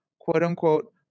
quote-unquote